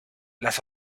las